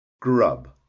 grub